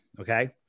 Okay